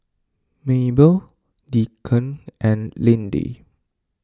Mabelle Deacon and Lindy